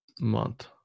month